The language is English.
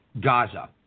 Gaza